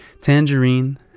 tangerine